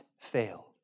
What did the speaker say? fail